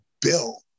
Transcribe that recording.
Bill